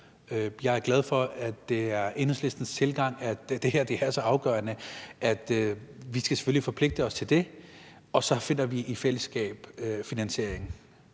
Jeg er glad for, at det er Enhedslistens tilgang, at det her altså er afgørende. Vi skal selvfølgelig forpligte os til det, og så finder vi i fællesskab finansieringen.